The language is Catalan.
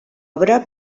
obra